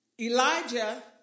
Elijah